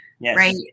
Right